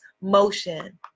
motion